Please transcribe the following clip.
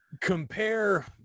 compare